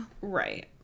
Right